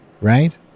right